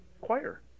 choir